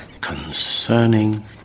Concerning